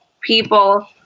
people